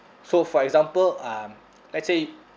so for example um let's say